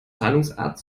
zahlungsart